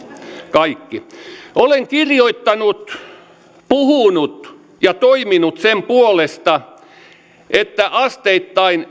kaikki olen kirjoittanut puhunut ja toiminut sen puolesta että asteittain